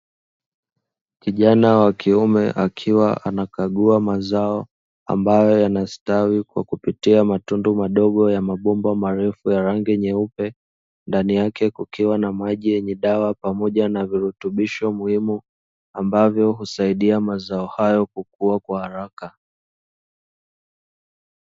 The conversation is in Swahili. Kijana wa kiume akiwa anakagua mazao ambayo yanastawi kwa kupitia matundu madogo ya mabomba marefu ya rangi nyeupe, ndani yake kukiwa na maji yenye dawa pamoja na virutubisho muhimu ambavyo husaidia mazao hayo kukua kwa haraka.